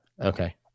okay